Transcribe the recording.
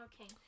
Okay